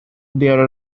there